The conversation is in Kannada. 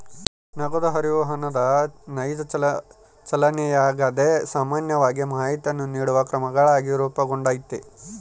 ನಗದು ಹರಿವು ಹಣದ ನೈಜ ಚಲನೆಯಾಗಿದೆ ಸಾಮಾನ್ಯವಾಗಿ ಮಾಹಿತಿಯನ್ನು ನೀಡುವ ಕ್ರಮಗಳಾಗಿ ರೂಪುಗೊಂಡೈತಿ